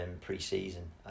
pre-season